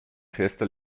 fester